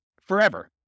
forever